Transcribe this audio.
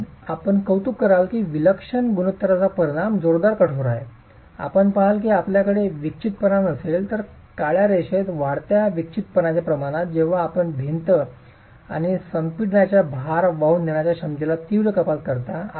आणि आपण कौतुक कराल की विलक्षण गुणोत्तरांचा परिणाम जोरदार कठोर आहे आपण पहाल की आपल्याकडे विक्षिप्तपणा नसेल तर काळ्या रेषेत वाढत्या विक्षिप्तपणाच्या प्रमाणात जेव्हा आपण भिंत आणि संपीडनाच्या भार वाहून नेण्याच्या क्षमतेत तीव्र कपात करता